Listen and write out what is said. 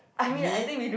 me